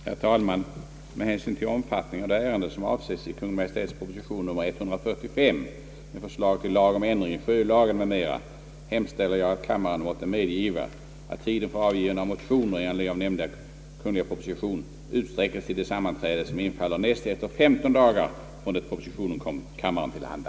Herr talman! Med hänsyn till omfattningen av det ärende som avses i Kungl. Maj:ts proposition nr 136, angående rundradions fortsatta verksamhet m.m., hemställer jag att kammaren måtte medgiva att tiden för avgivande av motioner i anledning av nämnda proposition utsträckes till det sammanträde, som infaller näst efter femton dagar från den dag propositionen kom kammaren till handa.